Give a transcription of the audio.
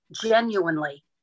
Genuinely